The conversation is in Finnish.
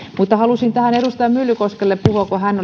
mutta halusin tähän edustaja myllykoskelle puhua kun hän